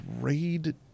raid